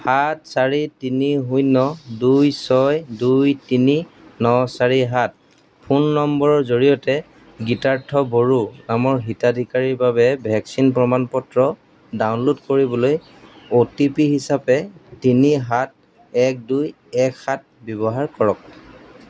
সাত চাৰি তিনি শূন্য দুই ছয় দুই তিনি ন চাৰি সাত ফোন নম্বৰৰ জৰিয়তে গীতাৰ্থ বড়ো নামৰ হিতাধিকাৰীৰ বাবে ভেকচিন প্ৰমাণ পত্ৰ ডাউনলোড কৰিবলৈ অ' টি পি হিচাপে তিনি সাত এক দুই এক সাত ব্যৱহাৰ কৰক